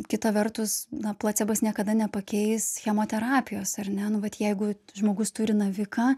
kita vertus na placebas niekada nepakeis chemoterapijos ar ne nu vat jeigu žmogus turi naviką